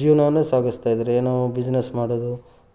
ಜೀವನವನ್ನು ಸಾಗಿಸ್ತಾಯಿದ್ದಾರೆ ಏನೋ ಬಿಸ್ನೆಸ್ ಮಾಡೋದು